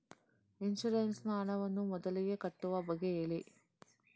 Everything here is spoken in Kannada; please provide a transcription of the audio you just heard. ಇನ್ಸೂರೆನ್ಸ್ ನ ಹಣವನ್ನು ಮೊದಲಿಗೆ ಕಟ್ಟುವ ಬಗ್ಗೆ ಹೇಳಿ